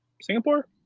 Singapore